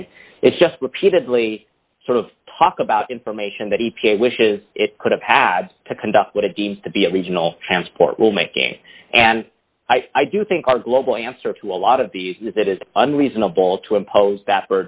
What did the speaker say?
and is just repeatedly sort of talk about information that he wishes it could have had to conduct what it deems to be a regional transport rule making and i do think our global answer to a lot of the that is unreasonable to impose that